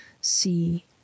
see